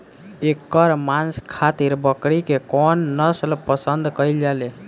एकर मांस खातिर बकरी के कौन नस्ल पसंद कईल जाले?